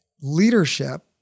leadership